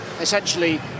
essentially